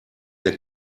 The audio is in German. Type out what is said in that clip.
der